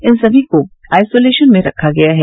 इन सभी को आइसोलेशन में रखा गया है